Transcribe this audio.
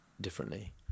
differently